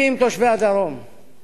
תושבי דרום תל-אביב,